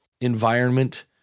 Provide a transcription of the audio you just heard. environment